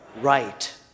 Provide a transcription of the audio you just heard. right